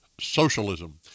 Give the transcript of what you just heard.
socialism